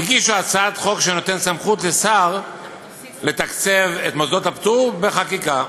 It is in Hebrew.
והגישו הצעת חוק שנותנת סמכות לשר לתקצב את מוסדות הפטור בחקיקה.